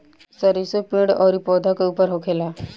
सरीसो पेड़ अउरी पौधा के ऊपर होखेला